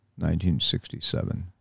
1967